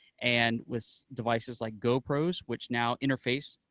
and with devices like gopros, which now interface